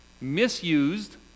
misused